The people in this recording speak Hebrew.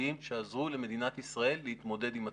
המשמעותיים שעזרו למדינת ישראל להתמודד עם התחלואה.